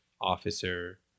officer